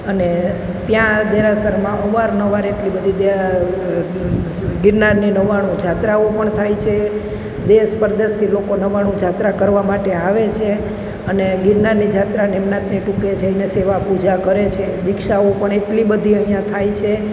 અને ત્યાં દેરાસરમાં અવારનવાર એટલી બધી ગિરનારની નવ્વાણું જાત્રાઓ પણ થાય છે દેશ પરદેશથી લોકો નવ્વાણું જાત્રા કરવા માટે આવે છે અને ગિરનારની જાત્રા નિમનાથની ટૂંકે જઈને સેવા પૂજા કરે છે દીક્ષાઓ પણ એટલી બધી અહીંયાં થાય છે